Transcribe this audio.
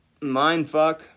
Mindfuck